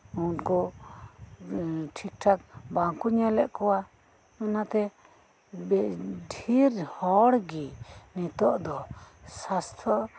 ᱩᱝᱠᱩ ᱴᱷᱤᱠ ᱴᱷᱟᱠ ᱵᱟᱝᱠᱚ ᱧᱮᱞᱮᱫ ᱠᱚᱣᱟ ᱚᱱᱟ ᱛᱮ ᱵᱮ ᱫᱷᱮᱨ ᱦᱚᱲ ᱜᱮ ᱱᱤᱛᱚᱜ ᱫᱚ ᱥᱟᱥᱛᱷᱚ